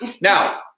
Now